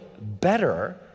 better